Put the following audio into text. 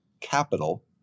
capital